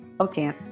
Okay